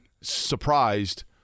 surprised